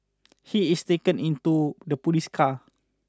he is taken into the police car